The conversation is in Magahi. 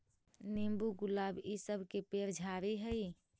नींबू, गुलाब इ सब के पेड़ झाड़ि हई